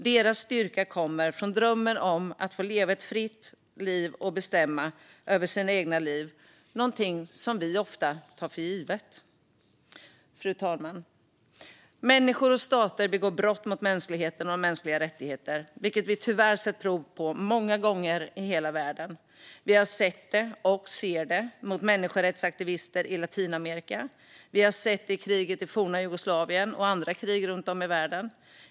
Deras styrka kommer från drömmen om att få leva ett fritt liv och bestämma över sitt eget liv, vilket är någonting som vi ofta tar för givet. Fru talman! Människor och stater begår brott mot mänskligheten och de mänskliga rättigheterna, vilket vi tyvärr har sett prov på många gånger i hela världen. Vi har sett det - och ser det - mot människorättsaktivister i Latinamerika. Vi har sett det i kriget i forna Jugoslavien och i andra krig runt om i världen.